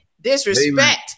disrespect